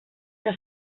que